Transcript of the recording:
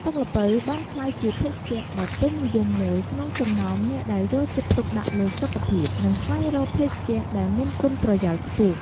ទឹកល្ពៅបានក្លាយជាភេសជ្ជៈដ៏ពេញនិយមមួយ ក្នុងចំណោមអ្នកដែលយកចិត្តទុកដាក់លើសុខភាព និងស្វែងរកភេសជ្ជៈដែលមានគុណប្រយោជន៍ខ្ពស់។